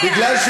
רגע,